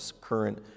current